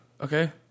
Okay